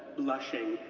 blushing,